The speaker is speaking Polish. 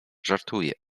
żartuje